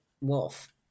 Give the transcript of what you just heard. wolf